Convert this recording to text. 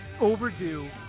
Overdue